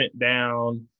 down